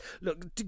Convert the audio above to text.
look